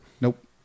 Nope